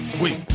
wait